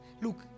Look